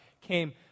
came